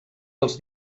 dels